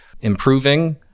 improving